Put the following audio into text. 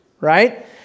right